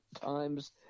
times